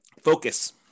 Focus